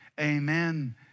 Amen